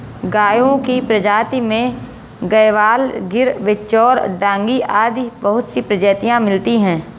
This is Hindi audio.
गायों की प्रजाति में गयवाल, गिर, बिच्चौर, डांगी आदि बहुत सी प्रजातियां मिलती है